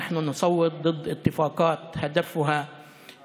פה אנו מצביעים נגד הסכמים שמטרתם,